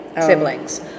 siblings